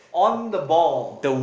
on the ball